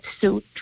suit